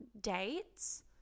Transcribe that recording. dates